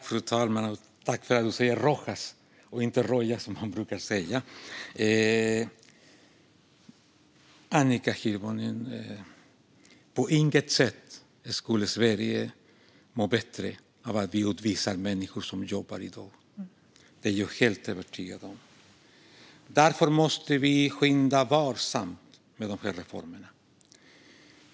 Fru talman! Tack för att talmannen uttalade mitt efternamn rätt! På inget sätt, Annika Hirvonen, skulle Sverige må bättre av att människor som jobbar utvisas. Det är jag helt övertygad om. Därför måste vi skynda varsamt med de här reformerna.